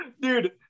dude